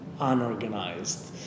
unorganized